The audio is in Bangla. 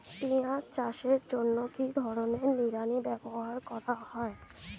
পিঁয়াজ চাষের জন্য কি ধরনের নিড়ানি ব্যবহার করা হয়?